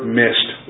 missed